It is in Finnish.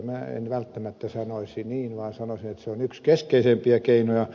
minä en välttämättä sanoisi niin vaan sanoisin että se on yksi keskeisimpiä keinoja